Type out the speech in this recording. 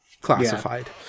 classified